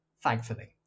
Thankfully